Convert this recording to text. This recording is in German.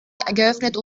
geöffnet